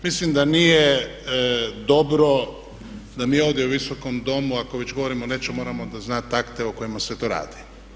Mislim da nije dobro da mi ovdje u Visokom domu ako već govorimo o nečemu moramo onda znati akte o kojima se to radi.